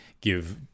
give